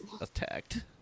attacked